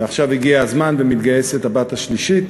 ועכשיו הגיע הזמן והבת השלישית